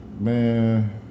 Man